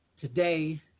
today